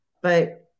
But-